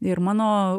ir mano